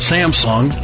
Samsung